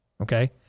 Okay